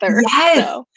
Yes